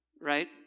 right